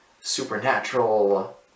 supernatural